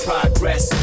Progress